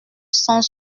cent